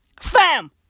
Fam